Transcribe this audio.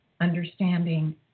understanding